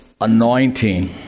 anointing